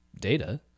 data